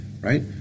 right